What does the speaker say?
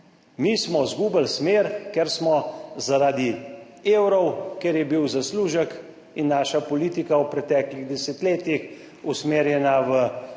Mi smo izgubili smer, ker smo zaradi evrov, ker je bil zaslužek in naša politika v preteklih desetletjih usmerjena v